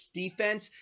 defense